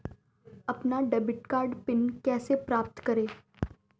अपना debit card PIN कैसे प्राप्त करें?